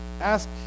ask